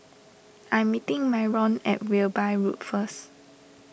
I am meeting Myron at Wilby Road first